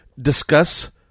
discuss